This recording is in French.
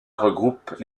regroupe